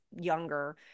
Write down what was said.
younger